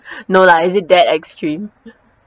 no lah is it that extreme